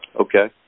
Okay